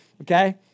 okay